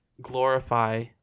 glorify